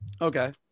Okay